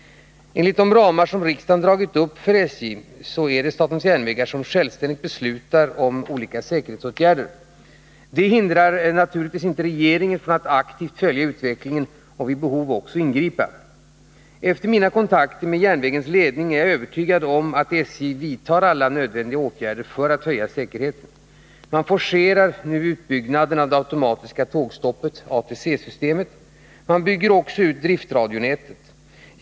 Enligt de ramar som riksdagen dragit upp för SJ är det SJ som självständigt beslutar om olika säkerhetsåtgärder. Detta hindrar självfallet inte regeringen från att aktivt följa utvecklingen och vid behov ingripa. Efter mina kontakter med SJ-ledningen är jag helt övertygad om att SJ vidtar alla nödvändiga åtgärder för att höja säkerheten. SJ forcerar exempelvis utbyggnaden av det automatiska tågstoppet, det s.k. ATC-systemet. Man bygger också ut driftradionätet.